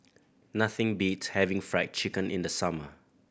nothing beats having Fried Chicken in the summer